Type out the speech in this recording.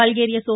பல்கேரிய so